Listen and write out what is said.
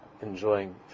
enjoying